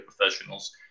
professionals